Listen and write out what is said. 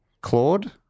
Claude